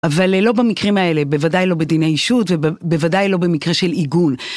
אבל לא במקרים האלה, בוודאי לא בדיני אישות ובוודאי לא במקרה של עיגון.